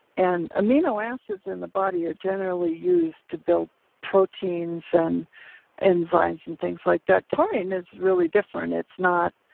and amino acids in the body are generally used to build proteins and enzymes and things like that. taurine is really different, it's not